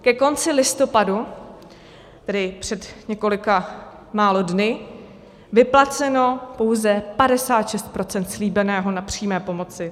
Ke konci listopadu, tedy před několika málo dny, vyplaceno pouze 56 % slíbeného na přímé pomoci.